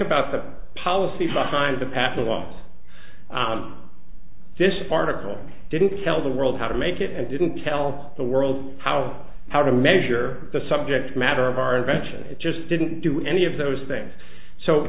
about the policy behind the pap a lot of this article didn't tell the world how to make it and didn't tell the world how how to measure the subject matter of our invention it just didn't do any of those things so